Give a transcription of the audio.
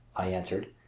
i answered,